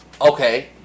Okay